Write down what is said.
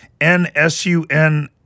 NSUN